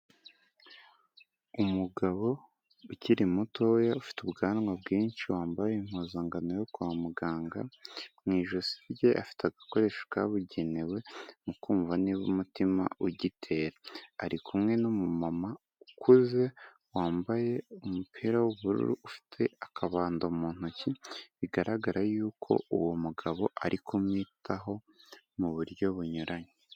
Umugabo ukiri muto ufite ubwanwa bwinshi wambaye impuzankano yo kwa muganga, mu ijosi rye afite agakoresho kabugenewe mu kumva niba umutima ugitera. Ari kumwe n'umumama ukuze wambaye umupira w'ubururu ufite akabando mu ntoki, bigaragara yuko uwo mugabo ari kumwitaho mu buryo bunyuranye.